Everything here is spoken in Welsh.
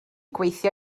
gweithio